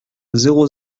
zéro